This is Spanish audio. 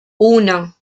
uno